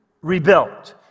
rebuilt